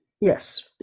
Yes